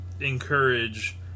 encourage